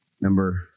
Number